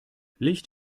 licht